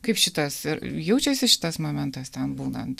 kaip šitas jaučiasi šitas momentas ten būnant